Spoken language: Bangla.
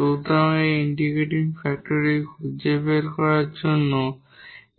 সুতরাং এই ইন্টিগ্রেটিং ফ্যাক্টরটি খুঁজে বের করার জন্য